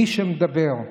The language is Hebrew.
מי שמדבר.